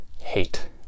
hate